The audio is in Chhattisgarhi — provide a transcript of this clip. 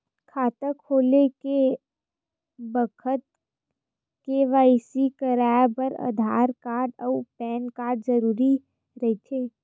खाता खोले के बखत के.वाइ.सी कराये बर आधार कार्ड अउ पैन कार्ड जरुरी रहिथे